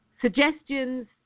suggestions